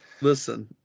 listen